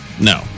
no